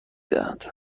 دهند